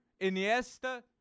Iniesta